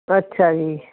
ਅੱਛਾ ਜੀ